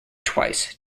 twice